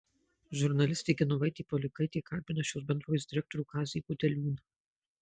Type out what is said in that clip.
žurnalistė genovaitė paulikaitė kalbina šios bendrovės direktorių kazį gudeliūną